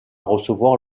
recevoir